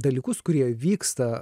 dalykus kurie vyksta